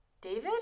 David